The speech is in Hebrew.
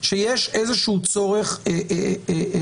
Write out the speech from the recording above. שיש איזה שהוא צורך אפידמיולוגי,